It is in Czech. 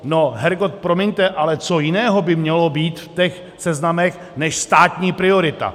No hergot, promiňte, ale co jiného by mělo být v těch seznamech než státní priorita.